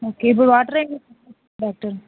okay ఇప్పుడు water ఏం doctor